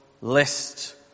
list